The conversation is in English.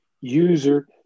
user